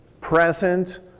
present